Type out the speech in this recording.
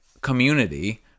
community